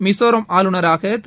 மிசோரம் ஆளுநராக திரு